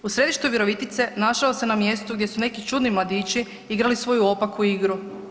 U središtu Virovitice našao se na mjestu gdje su neki čudni mladići igrali svoju opaku igru.